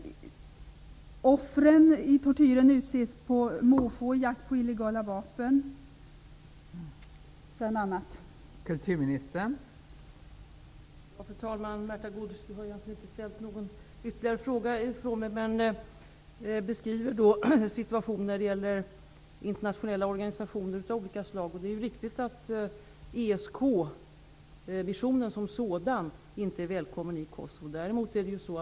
Offren för tortyren utses på måfå i jakt på illegala vapen bl.a.